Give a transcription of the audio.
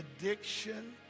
addiction